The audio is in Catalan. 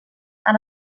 han